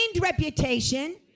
reputation